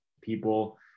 people